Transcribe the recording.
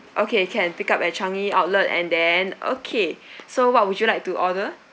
okay can pick up at changi outlet and then okay so what would you like to order